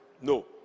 No